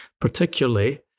particularly